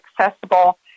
accessible